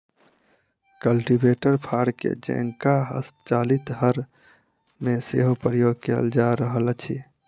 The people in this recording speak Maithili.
कल्टीवेटर फार के जेंका हस्तचालित हर मे सेहो प्रयोग कयल जा रहल अछि